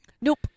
Nope